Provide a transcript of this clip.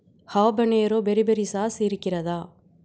habanero peri peri sauce இருக்கிறதா